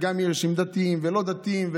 אנשים דתיים ולא דתיים,